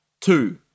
Two